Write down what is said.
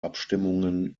abstimmungen